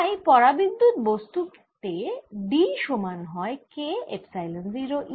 তাই পরাবিদ্যুত বস্তু তে D সমান হয় K এপসাইলন 0 E